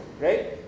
right